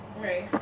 right